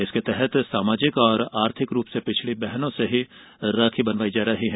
इसके तहत सामाजिक और आर्थिक रुप से पिछडी बहनों से ही राखी बनवाई जा रही है